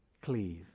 Cleave